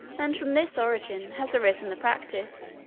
and from this origin has arisen the practice,